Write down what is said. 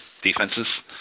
defenses